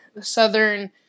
southern